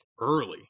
early